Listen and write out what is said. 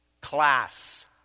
class